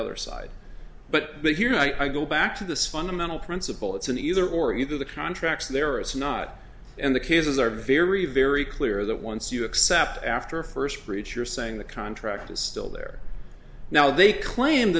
other side but but here i'd go back to this fundamental principle it's an either or either the contracts there or it's not and the cases are very very clear that once you accept after a first breach you're saying the contract is still there now they claim